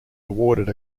awarded